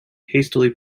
hastily